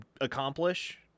accomplish